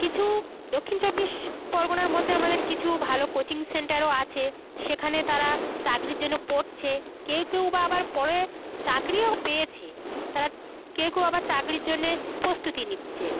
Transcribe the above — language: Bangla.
কিছু দক্ষিণ চব্বিশ পরগনার মধ্যে আমাদের কিছু ভালো কোচিং সেন্টারও আছে সেখানে তারা চাকরির জন্য পড়ছে কেউ কেউ বা আবার পরে চাকরিও পেয়েছে তারা কেউ কেউ আবার চাকরির জন্যে প্রস্তুতি নিচ্ছে